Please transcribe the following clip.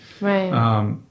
Right